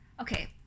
Okay